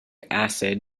acid